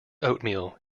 oatmeal